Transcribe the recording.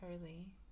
early